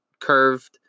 curved